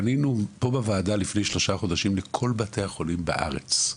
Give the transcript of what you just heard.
פנינו מפה בוועדה לפני שלושה חודשים לכל בתי החולים בארץ.